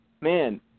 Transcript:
man